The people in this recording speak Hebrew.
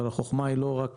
אבל החכמה היא לא רק